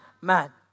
man